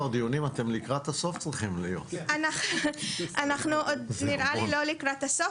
נראה לי שאנחנו עוד לא לקראת הסוף,